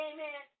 Amen